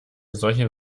solche